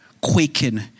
quaking